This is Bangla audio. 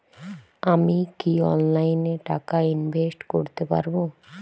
আমি কি অনলাইনে টাকা ইনভেস্ট করতে পারবো?